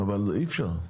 אבל ככה אי אפשר.